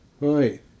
Right